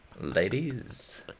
ladies